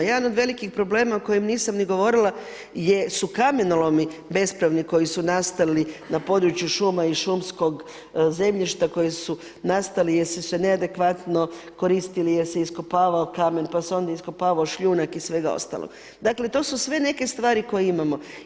Jedan od velikih problema o kojem nisam ni govorila su kamenolomi bespravni koji su nastali na području šuma i šumskog zemljišta, koji su nastali jer su se neadekvatno koristili jer se iskopavao kamen pa se onda iskopavao šljunak i sve ostalo, dakle to su sve neke stvari koje imamo.